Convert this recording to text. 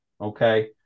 okay